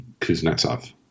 Kuznetsov